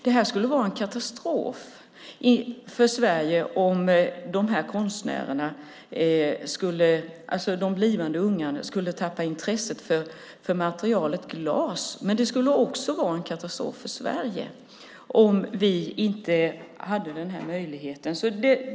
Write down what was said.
Det skulle vara en katastrof för Sverige om de unga blivande konstnärerna tappade intresset för materialet glas. Men det skulle också vara en katastrof för Sverige om vi inte hade denna möjlighet.